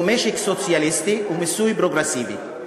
משק סוציאליסטי ומיסוי פרוגרסיבי.